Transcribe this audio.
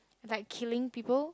like killing people